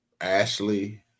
Ashley